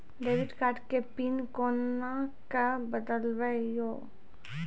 Debit card के PIN कोना के बदलबै यो?